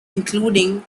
including